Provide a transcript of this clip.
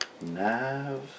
Nav